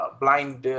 blind